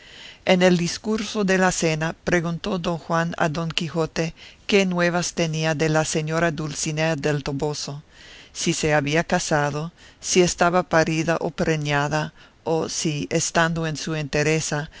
en el discurso de la cena preguntó don juan a don quijote qué nuevas tenía de la señora dulcinea del toboso si se había casado si estaba parida o preñada o si estando en su entereza